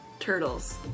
turtles